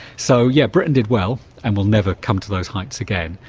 so, yeah, britain did well and will never come to those heights again,